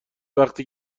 وقتی